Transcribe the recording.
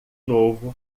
novo